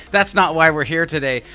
that's not why we're here today.